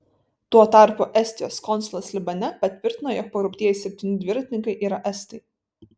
tuo tarpu estijos konsulas libane patvirtino jog pagrobtieji septyni dviratininkai yra estai